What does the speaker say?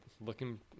looking